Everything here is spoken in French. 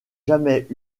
jamais